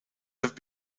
have